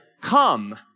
come